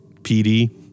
pd